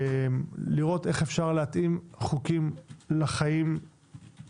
לראות איך אפשר להתאים חוקים לימינו,